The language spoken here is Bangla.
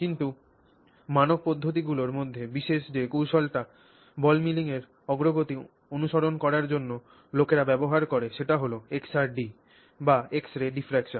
কিন্তু মানক পদ্ধতিগুলির মধ্যে বিশেষ যে কৌশলটি বল মিলিং এর অগ্রগতি অনুসরণ করার জন্য লোকেরা ব্যবহার করে সেটা হল XRD বা এক্স রে ডিফ্রাকসন